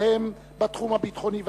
בהם התחום הביטחוני והכלכלי,